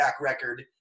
record